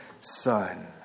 son